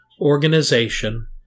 organization